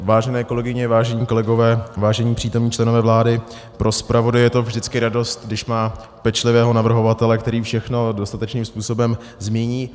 Vážené kolegyně, vážení kolegové, vážení přítomní členové vlády, pro zpravodaje je to vždycky radost, když má pečlivého navrhovatele, který všechno dostatečným způsobem zmíní.